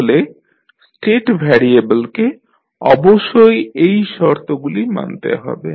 তাহলে স্টেট ভ্যারিয়েবেলকে অবশ্যই এই শর্তগুলি মানতে হবে